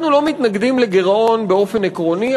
אנחנו לא מתנגדים לגירעון באופן עקרוני,